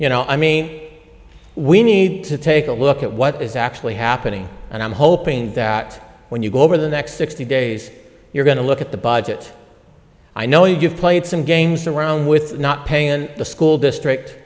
you know i mean we need to take a look at what is actually happening and i'm hoping that when you go over the next sixty days you're going to look at the budget i know you've played some games around with not paying the school